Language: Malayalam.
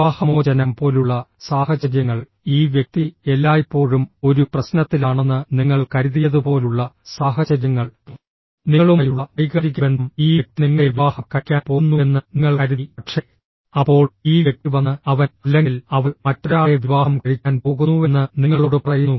വിവാഹമോചനം പോലുള്ള സാഹചര്യങ്ങൾ ഈ വ്യക്തി എല്ലായ്പ്പോഴും ഒരു പ്രശ്നത്തിലാണെന്ന് നിങ്ങൾ കരുതിയതുപോലുള്ള സാഹചര്യങ്ങൾ നിങ്ങളുമായുള്ള വൈകാരിക ബന്ധം ഈ വ്യക്തി നിങ്ങളെ വിവാഹം കഴിക്കാൻ പോകുന്നുവെന്ന് നിങ്ങൾ കരുതി പക്ഷേ അപ്പോൾ ഈ വ്യക്തി വന്ന് അവൻ അല്ലെങ്കിൽ അവൾ മറ്റൊരാളെ വിവാഹം കഴിക്കാൻ പോകുന്നുവെന്ന് നിങ്ങളോട് പറയുന്നു